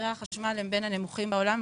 מחירי החשמל הם בין הנמוכים בעולם,